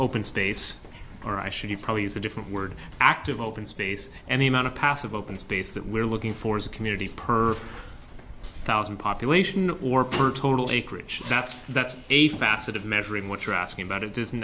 open space or i should probably use a different word active open space and the amount of passive open space that we're looking for is a community perv thousand population or per total acreage that's that's a facet of measuring what you're asking about it is